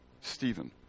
Stephen